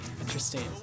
interesting